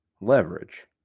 leverage